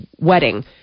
wedding